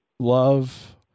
love